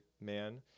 man